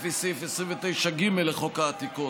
לפי סעיף 29(ג) לחוק העתיקות,